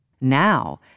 Now